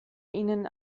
ihnen